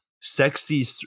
sexy